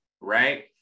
right